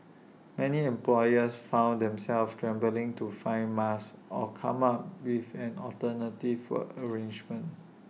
many employers found themselves scrambling to find masks or come up with an alternative work arrangements